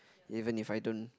even if I don't